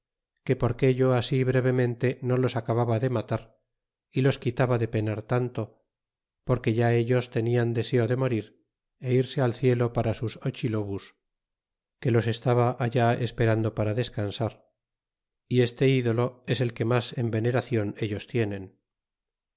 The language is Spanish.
que por que yo así brevemente no los acababa de matar y los quitaba de penar tanto porque ya ellos tenían deseo de morir y irse al cielo para sus ochilobus que los estaba alld esperando para desransar y este idolo es el que mas en veneracion ellos tienen